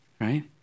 Right